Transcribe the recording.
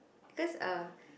because uh